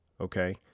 okay